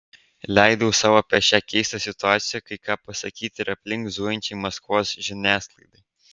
leidau sau apie šią keistą situaciją kai ką pasakyti ir aplink zujančiai maskvos žiniasklaidai